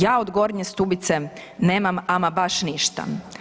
Ja od Gornje Stubice nemam ama baš ništa.